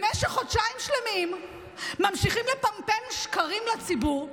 במשך חודשיים שלמים ממשיכים לפמפם שקרים לציבור,